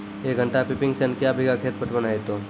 एक घंटा pumping set क्या बीघा खेत पटवन है तो?